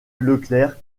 leclerc